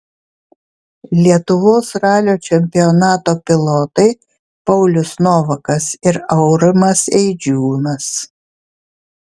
lietuvos ralio čempionato pilotai paulius novakas ir aurimas eidžiūnas